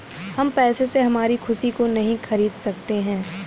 हम पैसे से हमारी खुशी को नहीं खरीदा सकते है